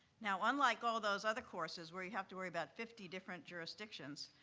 now, unlike all those other courses where you have to worry about fifty different jurisdictions,